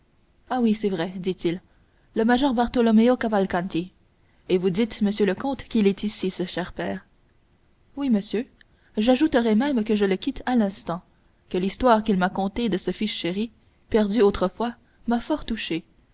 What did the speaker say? ah oui c'est vrai dit-il le major bartolomeo cavalcanti et vous dites monsieur le comte qu'il est ici ce cher père oui monsieur j'ajouterai même que je le quitte à l'instant que l'histoire qu'il m'a contée de ce fils chéri perdu autrefois m'a fort touché